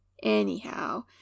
anyhow